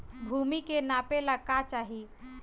भूमि के नापेला का चाही?